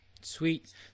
Sweet